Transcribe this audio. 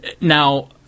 now